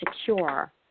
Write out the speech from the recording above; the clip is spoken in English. secure